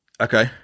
okay